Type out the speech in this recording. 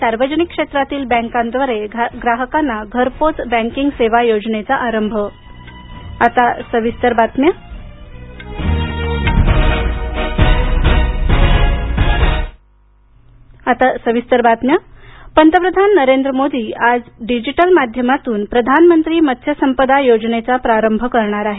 सार्वजनिक क्षेत्रातील बँकांद्वारे ग्राहकांना घरपोच बँकिंग सेवा योजनेचा आरंभ मत्स्य संपदा योजना पंतप्रधान नरेंद्र मोदी आज डिजिटल माध्यमातून प्रधानमंत्री मत्स्य संपदा योजनेचा प्रारंभ करणार आहेत